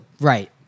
Right